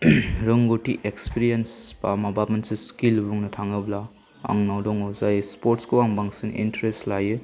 रोंगौथि एक्सपिरियेन्स एबा माबा मोनसे स्किल बुंनो थाङोब्ला आंनाव दङ जाय स्पर्ट्सखौ आं बांसिन इन्ट्रेस लायो